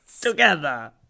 Together